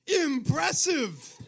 Impressive